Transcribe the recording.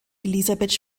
elisabeth